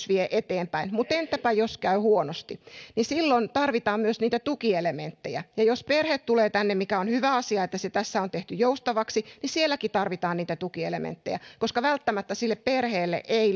vie eteenpäin mutta entäpä jos käy huonosti silloin tarvitaan myös niitä tukielementtejä ja jos perhe tulee tänne on hyvä asia että se tässä on tehty joustavaksi niin sielläkin tarvitaan niitä tukielementtejä koska välttämättä puolisolle ei